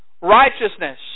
righteousness